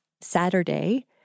Saturday